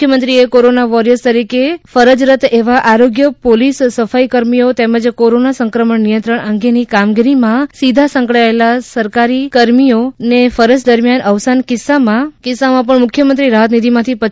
મુખ્યમંત્રી એ corona warriors તરીકે ફરજરત એવા આરોગ્ય પોલીસ સફાઇ કર્મીઓ તેમજ કોરોના સંક્રમણ નિચંત્રણ અંગેની કામગીરીમાં સીધા સંકળાયેલા સરકારી કર્મચોગીઓના ફરજ દરમ્યાન અવસાન કિસ્સામાં પણ મુખ્યમંત્રી રાફતનિધીમાંથી રૂ